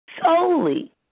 solely